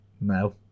no